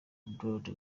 blondy